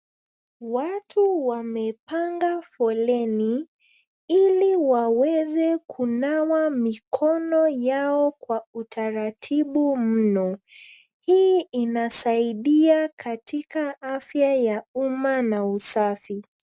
Watu wamepanga foleni, ili waweze kunawa mikono yao kwa utaratibu mno. Hii inasaidia katika afya ya umma na usafi.